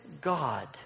God